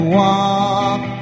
walk